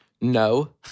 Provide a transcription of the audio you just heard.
No